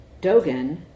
Dogen